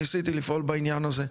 ניסיתי לפעול בעניין הזה.